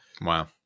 Wow